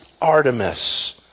Artemis